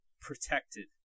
protected